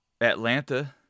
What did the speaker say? Atlanta